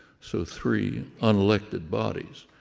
so three unelected bodies,